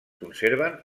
conserven